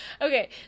okay